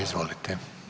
Izvolite.